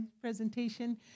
presentation